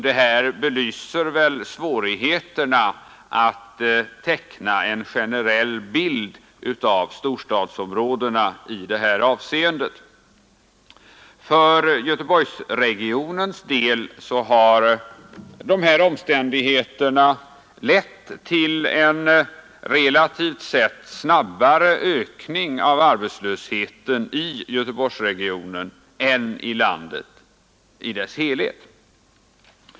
Detta belyser svårigheten att i just detta avseende teckna en generell bild av storstadsområdena. För Göteborgsregionens del har dessa omständigheter lett till en relativt sett snabbare ökning av arbetslösheten än i landet i dess helhet.